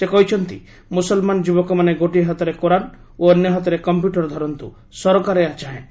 ସେ କହିଛନ୍ତି ମୁସଲମାନ ଯୁବକମାନେ ଗୋଟିଏ ହାତରେ କୋରାନ୍ ଓ ଅନ୍ୟ ହାତରେ କମ୍ପ୍ୟୁଟର ଧରନ୍ତୁ ସରକାର ଏହା ଚାହେଁ